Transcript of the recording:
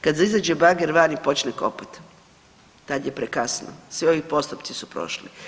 Kad izađe bager van i počne kopat, tad je prekasno, svi ovi postupci su prošli.